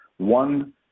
One